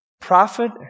Prophet